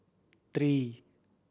three